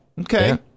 Okay